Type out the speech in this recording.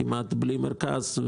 כמעט בלי מרכז,